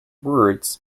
words